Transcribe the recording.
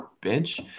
bench